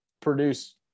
produce